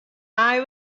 eye